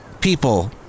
People